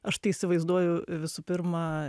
aš tai įsivaizduoju e visų pirma